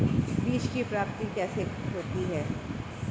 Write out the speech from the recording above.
बीज की प्राप्ति कैसे होती है?